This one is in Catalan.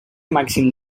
màxim